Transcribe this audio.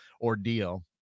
ordeal